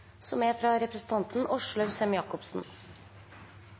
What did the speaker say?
som er nytt, fra